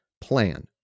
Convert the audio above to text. plan